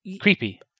Creepy